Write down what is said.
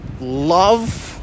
love